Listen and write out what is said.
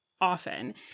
often